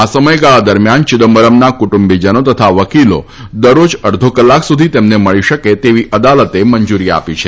આ સમયગાળા દરમ્યાન ચિદંબરમના કુટુંબીજનો તથા વકીલો દરરોજ અડધો કલાક સુધી તેમને મળી શકે તેવી અદાલતે મંજુરી આપી છે